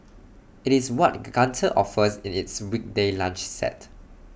IT is what Gunther offers in its weekday lunch set